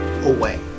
away